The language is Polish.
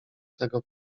tego